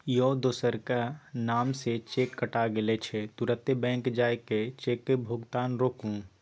यौ दोसरक नाम सँ चेक कटा गेल छै तुरते बैंक जाए कय चेकक भोगतान रोकु